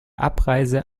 abreise